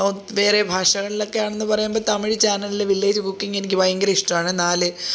O വേറെ ഭാഷകളിലൊക്കെ ആണെന്നുപറയുമ്പോൾ തമിഴ് ചാനലിലെ വില്ലേജ് കുക്കിങ് എനിക്ക് ഭയങ്കര ഇഷ്ടമാണ് നാല്